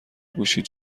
گوشیت